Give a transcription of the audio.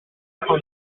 afin